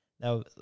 Now